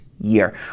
year